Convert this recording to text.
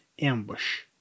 Ambush